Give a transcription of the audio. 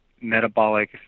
metabolic